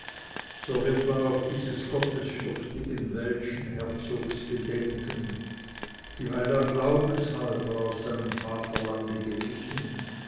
so wird man auch dieses gottesfürchtigen welschen herzogs gedenken dieweil er glaubenshalber aus seinem vaterlande gewichen